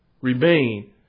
remain